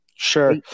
Sure